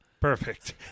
Perfect